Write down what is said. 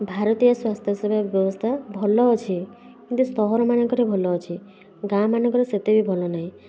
ଭାରତୀୟ ସ୍ୱାସ୍ଥ୍ୟସେବା ବ୍ୟବସ୍ଥା ଭଲ ଅଛି କିନ୍ତୁ ସହରମାନଙ୍କରେ ଭଲ ଅଛି ଗାଁ ମାନଙ୍କରେ ସେତେ ବି ଭଲ ନାହିଁ